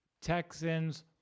Texans